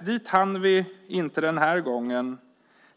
Dit hann vi inte den här gången.